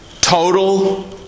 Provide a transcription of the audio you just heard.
total